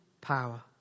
power